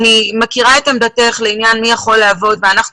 אני מכירה את עמדתך לעניין מי יכול לעבוד ואנחנו